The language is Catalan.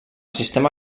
sistema